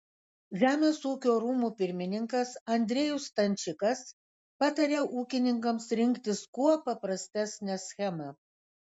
žemės ūkio rūmų pirmininkas andriejus stančikas patarė ūkininkams rinktis kuo paprastesnę schemą